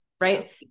Right